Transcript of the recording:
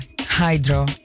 Hydro